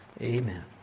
Amen